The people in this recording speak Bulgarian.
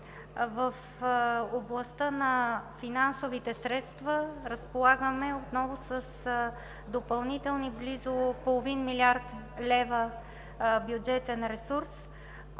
В областта на финансовите средства разполагаме отново с допълнителни близо половин милиард лева бюджетен ресурс,